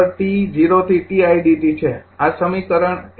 idt છે આ સમીકરણ ૧